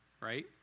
right